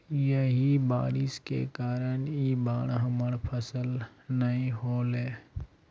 यही बारिश के कारण इ बार हमर फसल नय होले?